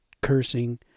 cursing